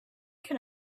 can